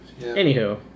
Anywho